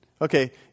Okay